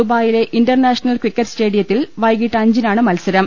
ദുബായിലെ international cricket സ്റ്റേഡി യത്തിൽ വൈകീട്ട് അഞ്ചിനാണ് മത്സരം